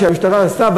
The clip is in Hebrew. שהמשטרה עשתה,